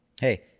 Hey